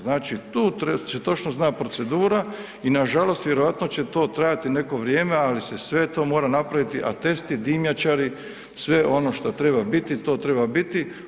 Znači, tu se točno zna procedura i nažalost vjerojatno će to trajati neko vrijeme, ali se sve to mora napraviti, atesti, dimnjačari, sve ono što treba biti, to treba biti.